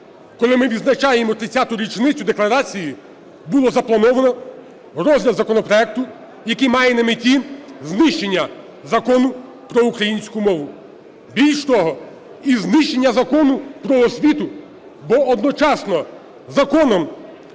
коли ми відзначаємо 30 річницю декларації, було заплановано розгляд законопроекту, який має на меті знищення Закону про українську мову. Більше того, і знищення Закону "Про освіту", бо одночасно Законом